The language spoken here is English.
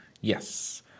Yes